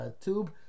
tube